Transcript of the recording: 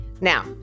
Now